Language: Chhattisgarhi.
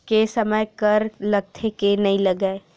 के समय कर लगथे के नइ लगय?